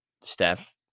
Steph